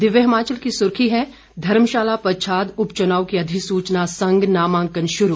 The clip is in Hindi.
दिव्य हिमाचल की सुर्खी है धर्मशाला पच्छाद उपचुनाव की अधिसूचना संग नामांकन शुरू